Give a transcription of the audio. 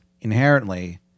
inherently